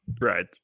right